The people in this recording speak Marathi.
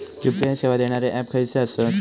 यू.पी.आय सेवा देणारे ऍप खयचे आसत?